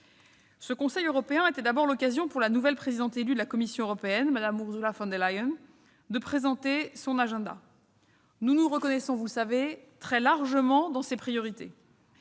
Ce Conseil européen était d'abord l'occasion pour la nouvelle présidente élue de la Commission européenne, Mme Ursula von der Leyen, de présenter son agenda. Nous nous reconnaissons très largement, vous le savez, dans ses priorités.